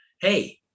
hey